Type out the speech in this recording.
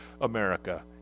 America